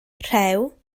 rhew